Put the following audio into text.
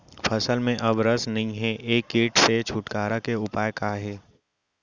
फसल में अब रस नही हे ये किट से छुटकारा के उपाय का हे?